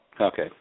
Okay